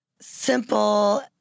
simple